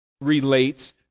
relates